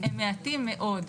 הם מעטים מאוד.